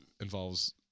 involves